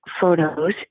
photos